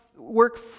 work